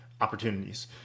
opportunities